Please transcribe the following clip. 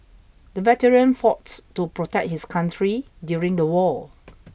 the veteran fought to protect his country during the war